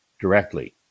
directly